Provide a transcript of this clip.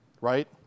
Right